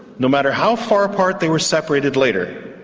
no matter how far apart they were separated later,